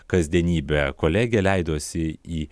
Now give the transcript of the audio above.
kasdienybę kolegė leidosi į